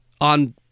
on